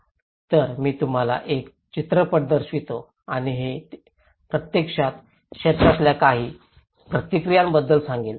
तर मी तुम्हाला एक चित्रपट दर्शवितो आणि हे प्रत्यक्षात क्षेत्रातल्या काही प्रतिक्रियांबद्दल सांगेल